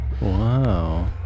Wow